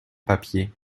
papier